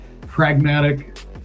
pragmatic